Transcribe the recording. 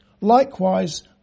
Likewise